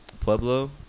Pueblo